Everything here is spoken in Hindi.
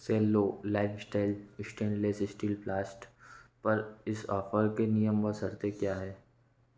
सेल्लो लाइफस्टाइल स्टेनलेस स्टील फ्लास्क पर इस ऑफर के नियम और शर्तें क्या हैं